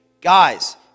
Guys